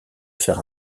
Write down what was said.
faire